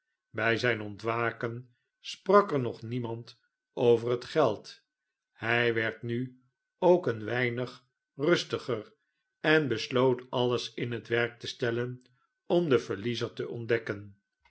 bij zijn ontwaken sprak er nog niemand over het geld hij werd nu ook een weinig rustiger en besloot alles in het werk te stellen om den verliezer te ontdekken